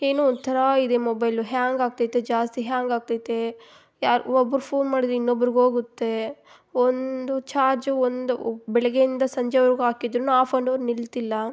ಏನೋ ಒಂಥರಾ ಇದೆ ಮೊಬೈಲು ಹ್ಯಾಂಗ್ ಆಗ್ತೈತೆ ಜಾಸ್ತಿ ಹ್ಯಾಂಗ್ ಆಗ್ತೈತೆ ಯಾರು ಒಬ್ರು ಫೋನ್ ಮಾಡೋದ್ ಇನ್ನೊಬ್ರಿಗೋಗುತ್ತೆ ಒಂದು ಚಾರ್ಜು ಒಂದು ಬೆಳಗ್ಗೆಯಿಂದ ಸಂಜೆವರೆಗೂ ಹಾಕಿದ್ರು ಆಫ್ ಅಂಡ್ ಅವರ್ ನಿಲ್ತಿಲ್ಲ